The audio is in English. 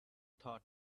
thought